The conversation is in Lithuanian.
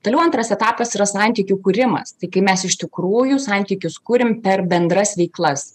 toliau antras etapas yra santykių kūrimas tai kai mes iš tikrųjų santykius kuriam per bendras veiklas